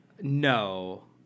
No